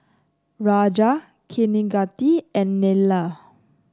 Raja Kaneganti and Neila